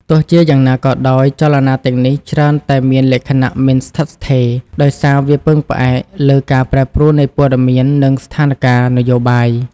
ទោះជាយ៉ាងណាក៏ដោយ ចលនាទាំងនេះច្រើនតែមានលក្ខណៈ មិនស្ថិតស្ថេរ ដោយសារវាពឹងផ្អែកលើការប្រែប្រួលនៃព័ត៌មាន និងស្ថានការណ៍នយោបាយ។